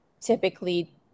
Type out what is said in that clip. typically